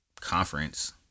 conference